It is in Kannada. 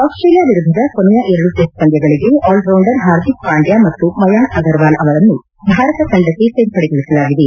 ಆಸ್ಲೇಲಿಯಾ ವಿರುದ್ದದ ಕೊನೆಯ ಎರಡು ಟೆಸ್ಲ್ ಪಂದ್ಲಗಳಿಗೆ ಆಲ್ರೌಂಡರ್ ಹಾರ್ದಿಕ್ ಪಾಂಡ್ಲ ಮತ್ತು ಮಯಾಂಕ್ ಅಗರ್ವಾಲ್ ಅವರನ್ನು ಭಾರತ ತಂಡಕ್ಕೆ ಸೇರ್ಪಡೆಗೊಳಿಸಲಾಗಿದೆ